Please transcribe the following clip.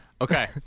Okay